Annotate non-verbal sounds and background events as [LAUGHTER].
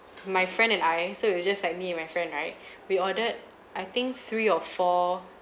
my friend and I so it was just like me and my friend right [BREATH] we ordered I think three or four